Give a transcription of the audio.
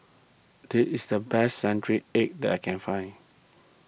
this is the best Century Egg that I can find